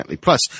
Plus